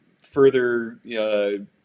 further